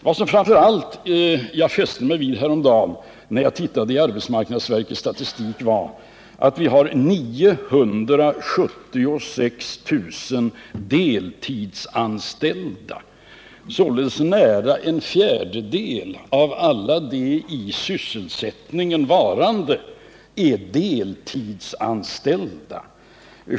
Vad jag framför allt fäste mig vid häromdagen, när jag tittade i arbetsmarknadsverkets statistik, var att vi har 976 000 deltidsanställda. Således är nära en fjärdedel av alla de i sysselsättning varande deltidsanställda.